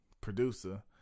producer